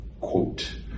Quote